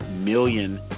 million